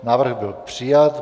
Návrh byl přijat.